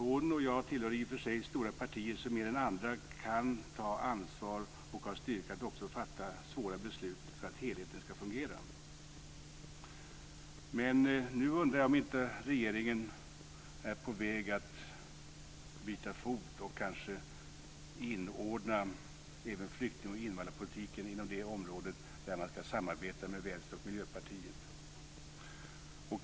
Hon och jag tillhör i och för sig stora partier som mer än andra kan ta ansvar och har styrka att också fatta svåra beslut för att helheten ska fungera. Men nu undrar jag om inte regeringen är på väg att byta fot och kanske inordna även flykting och invandringspolitiken inom de områden där man ska samarbeta med Vänsterpartiet och Miljöpartiet.